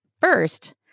First